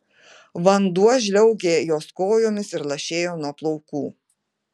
vanduo žliaugė jos kojomis ir lašėjo nuo plaukų